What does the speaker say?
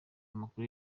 amakuru